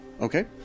Okay